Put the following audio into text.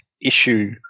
issue